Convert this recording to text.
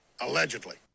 Allegedly